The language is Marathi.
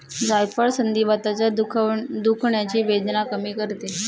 जायफळ संधिवाताच्या दुखण्याची वेदना कमी करते